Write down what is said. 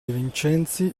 vincenzi